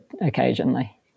occasionally